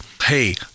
hey